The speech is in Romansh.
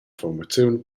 formaziun